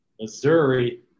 Missouri